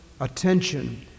attention